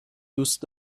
دوست